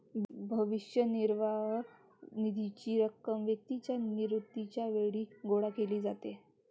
भविष्य निर्वाह निधीची रक्कम व्यक्तीच्या निवृत्तीच्या वेळी गोळा केली जाते